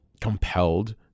compelled